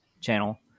channel